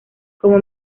como